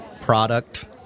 product